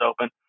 open